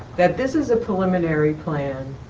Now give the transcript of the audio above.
that this is a preliminary plan.